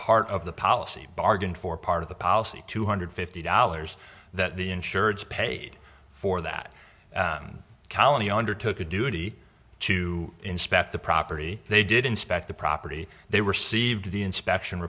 part of the policy bargained for part of the policy two hundred fifty dollars that the insurance paid for that colony undertook a duty to inspect the property they did inspect the property they received the inspection